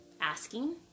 asking